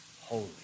holy